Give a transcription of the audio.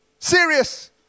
Serious